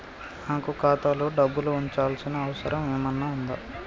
నాకు ఖాతాలో డబ్బులు ఉంచాల్సిన అవసరం ఏమన్నా ఉందా?